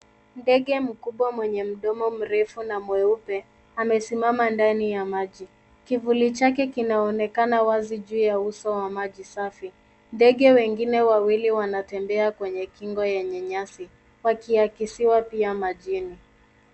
Ndege mkubwa mwenye mdomo mrefu na mweupe amesimama ndani ya maji. Kivuli chake kinaonekana wazi juu ya uso wa maji safi. Ndege wengine wawili wanatembea kwenye kingo yenye nyasi wakiakisiwa pia majini.